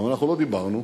אבל אנחנו לא דיברנו,